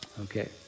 Okay